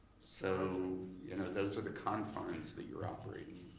so you know those are the confines that you're operating